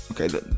okay